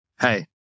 hey